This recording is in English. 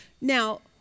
Now